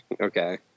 okay